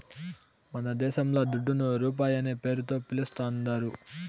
మనదేశంల దుడ్డును రూపాయనే పేరుతో పిలుస్తాందారు